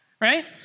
right